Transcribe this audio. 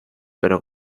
pero